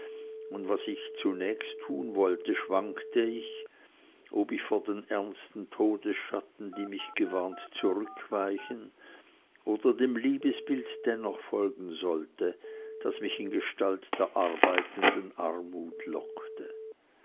und was ich zunächst tun wollte schwankte ich ob ich vor den ernsten todesschatten die mich gewarnt zurückweichen oder dem liebesbild dennoch folgen solle das mich in gestalt der arbeitenden armut lockte